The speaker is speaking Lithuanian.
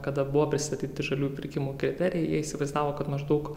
kada buvo pristatyti žalių pirkimų kriterijai jie įsivaizdavo kad maždaug